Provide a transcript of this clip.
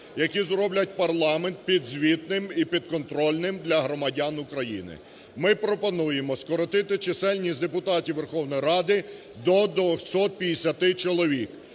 які зроблять парламент підзвітним і підконтрольним для громадян України. Ми пропонуємо скоротити чисельність депутатів Верховної Ради до 250 чоловік.